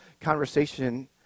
conversation